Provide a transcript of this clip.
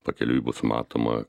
pakeliui bus matoma